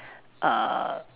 err